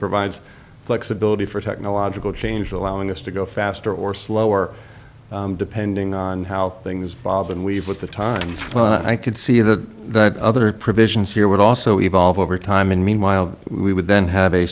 provides flexibility for technological change allowing us to go faster or slower depending on how things evolve and we have with the times when i could see that that other provisions here would also evolve over time and meanwhile we would then have a